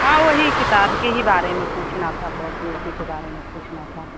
हाँ वही किताब के ही बारे में पूछना था कॉपी उपी के बारे में पूछना था